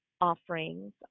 offerings